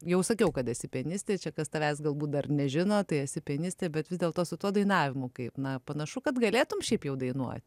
jau sakiau kad esi pianistė čia kas tavęs galbūt dar nežino tai esi pianistė bet vis dėlto su tuo dainavimu kaip na panašu kad galėtum šiaip jau dainuot